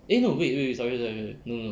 eh no wait wait wait sorry sorry sorry no no